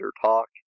talk